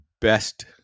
best